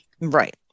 right